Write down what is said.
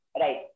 right